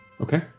okay